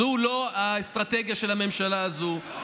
זו לא האסטרטגיה של הממשלה הזו.